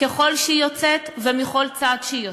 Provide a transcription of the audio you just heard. ככל שהיא יוצאת, ומכל צד שהיא יוצאת.